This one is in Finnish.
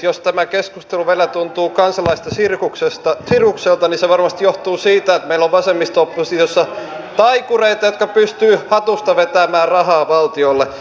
jos tämä keskustelu vielä tuntuu kansalaisista sirkukselta niin se varmasti johtuu siitä että meillä on vasemmisto oppositiossa taikureita jotka pystyvät hatusta vetämään rahaa valtiolle